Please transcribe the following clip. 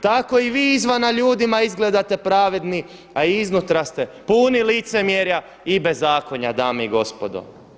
Tako i vi izvana ljudima izgledate pravedni, a iznutra ste puni licemjerja i bezakonja, dame i gospodo.